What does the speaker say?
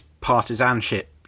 partisanship